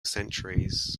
centuries